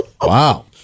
Wow